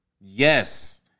Yes